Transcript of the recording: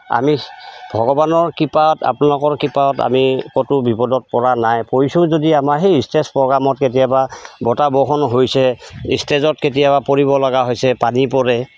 আমি ভগৱানৰ কৃপাত আপোনালোকৰ কৃপাত আমি ক'তো বিপদত পৰা নাই পৰিছোঁ যদি আমাৰ সেই ষ্টেজ প্ৰগ্ৰামত কেতিয়াবা বতাহ বৰষুণ হৈছে ষ্টেজত কেতিয়াবা পৰিব লগা হৈছে পানী পৰে